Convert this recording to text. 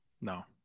No